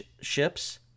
ships